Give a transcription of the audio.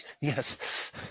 Yes